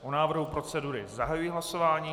O návrhu procedury zahajuji hlasování.